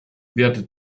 werde